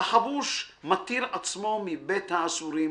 החבוש מתיר עצמו מבית האסורים